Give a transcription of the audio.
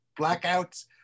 blackouts